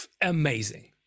amazing